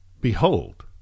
Behold